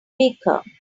baker